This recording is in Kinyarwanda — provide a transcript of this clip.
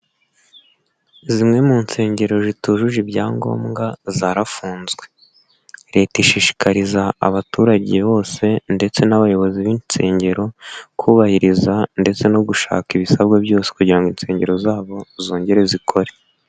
Zimwe mu nsengero zitujuje ibyangombwa zarafunzwe. Leta ishishikariza abaturage bose ndetse n'abayobozi b'insengero, kubahiriza ndetse no gushaka ibisabwa byose kugira ngo insengero zabo zongere zikore.